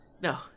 No